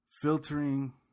filtering